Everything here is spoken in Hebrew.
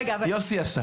יוסי עשה.